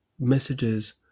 messages